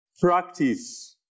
practice